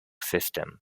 system